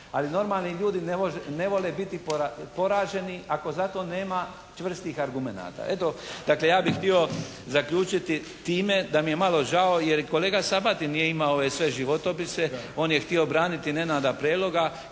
Ali normalni ljudi ne vole biti poraženi ako za to nema čvrstih argumenata. Eto, dakle ja bih htio zaključiti time da mi je malo žao jer je kolega Sabati nije imao sve životopise. On je htio braniti Nenada Preloga